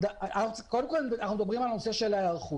קודם כול אנחנו מדברים על ההיערכות.